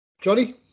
Johnny